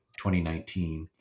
2019